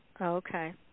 Okay